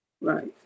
Right